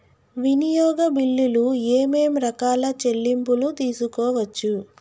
వినియోగ బిల్లులు ఏమేం రకాల చెల్లింపులు తీసుకోవచ్చు?